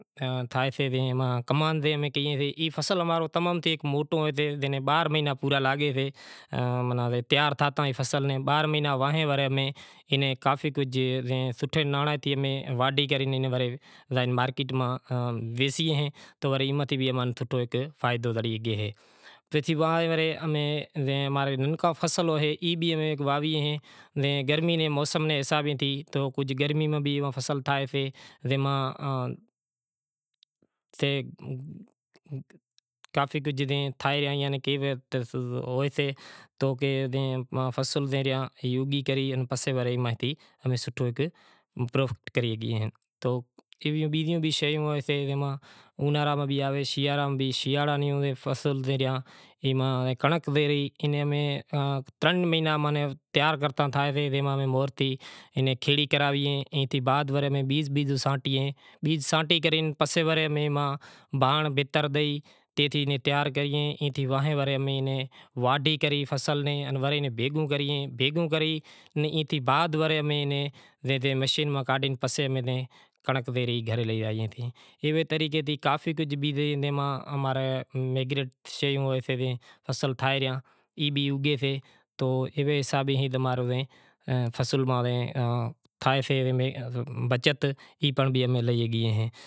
کماند تھائیسے ای فصل تمام موٹو ہوئیسے جیں ناں بارہاں مہینڑا پورا لاگے سیں ماناں، تیار تھاتا سوٹھے نانڑے تھیں امیں واڈھی کرے مارکیٹ میں ویسی ہیں تو وری ای ماتھے امیں سوٹھو ہیک فائدو زڑی گی ہیں، امار ننکا فصل ہوئیں ای بھی واوی ہیں گرمی رے حساب تھیں تو کجھ گرمی میں بھی فصل تھائیسے، جے ماں کافی کجھ تھائے تو کہے فصل تھے ریا پسے وری سوٹھو ہیک پروفٹ کری ریا ایویوں بیزیوں بھی شیوں سے جے ماں اونہاراں میں بھی آوے شیاراں میں بھی آوے شیاراں میں بھی ہوئے فصل تھے گیا جے ماں کنڑنک تھے گئی جے ماں ترن ہیناں میں تیار تھے گئی جے ماں کھیڑی کراوی جے ماں بیز بیز سانٹے پسے ورے امیں بھانڑ بھتر ڈئی تے تھی امیں تیار کری ایئں تھی واڈھی کری فصل نیں وری بھیگو کریئں بھیگو کری ایئں تھی بعد وری مشین ماں کاڈھے پسے اینے کنڑنک وہری گھرے لے زائیں۔ ایوے طریقے تھی کافی کجھ بیزے اینا میں امارے فصل تھائے ریا ای بھی اوگے سے ایوے حساب تھی ای بھی امارو فصل تھائیشے بچت ای پنڑ بھی امیں لئی جاں۔